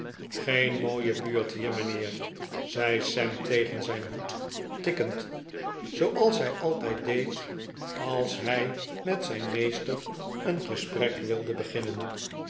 geen mooie buurt hier mijnheer zei sam tegen zijn hoed tikkend zooals hij altijd deed als hij met zijn meester een gesprek wilde beginnen